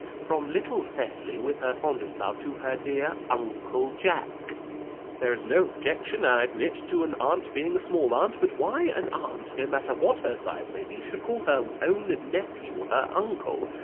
from little cecily, with her fondest love to her dear uncle jack there is no objection, i admit, to an aunt being a small aunt, but why an aunt, no matter what her size may be, should call her own nephew her uncle,